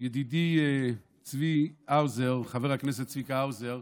ידידי צבי האוזר, חבר הכנסת צביקה האוזר,